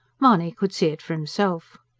mahony could see it for himself.